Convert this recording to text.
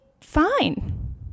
fine